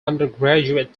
undergraduate